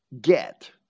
get